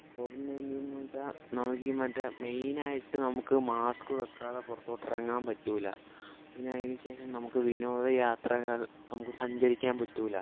Covid nineteen എന്നു വച്ചാൽ നമുക്ക് ഈ മറ്റേ മെയിനായിട്ട് നമുക്ക് മാസ്ക്ക് വെക്കാതെ പുറത്തോട്ടിറങ്ങാൻ പറ്റില്ല പിന്നെ അതിന് ശേഷം നമുക്ക് വിനോദ യാത്രകൾ നമുക്ക് സഞ്ചരിക്കാൻ പറ്റില്ല